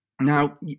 Now